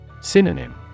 Synonym